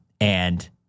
and-